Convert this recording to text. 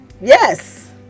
Yes